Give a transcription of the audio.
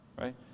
right